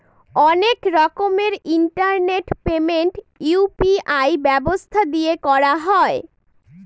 অনেক রকমের internet payment UPI ব্যবস্থা দিয়ে করা হয়